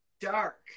dark